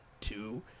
two